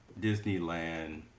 Disneyland